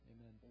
Amen